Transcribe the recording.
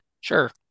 sure